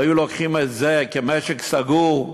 והיו לוקחים את זה כמשק סגור,